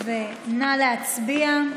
נא להצביע.